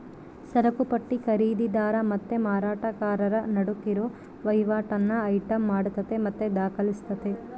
ಸರಕುಪಟ್ಟಿ ಖರೀದಿದಾರ ಮತ್ತೆ ಮಾರಾಟಗಾರರ ನಡುಕ್ ಇರೋ ವಹಿವಾಟನ್ನ ಐಟಂ ಮಾಡತತೆ ಮತ್ತೆ ದಾಖಲಿಸ್ತತೆ